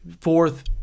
fourth